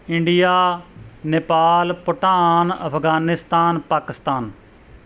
India Nepal Bhutan Afghanistan Pakistan